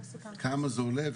כמה זה עולה.